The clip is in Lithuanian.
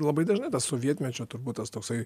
labai dažnai tas sovietmečio turbūt tas toksai